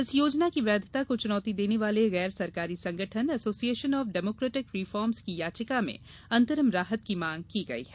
इस योजना की वैधता को चुनौती देने वाले गैर सरकारी संगठन एसोसिएशन ऑफ डेमोक्रेटिक रिर्फोम्स की याचिका में अंतरिम राहत की मांग की गई है